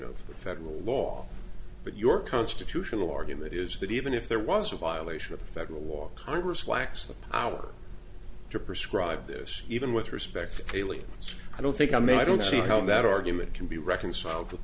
of federal law but your constitutional argument is that even if there was a violation of federal law congress lacks the power to prescribe this even with respect aliens i don't think i mean i don't see how that argument can be reconciled with